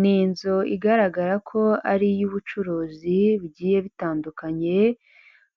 Ni inzu igaragara ko ari iy'ubucuruzi bigiye bitandukanye